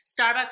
starbucks